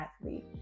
athlete